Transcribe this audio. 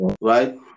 right